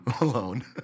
alone